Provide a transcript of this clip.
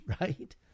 right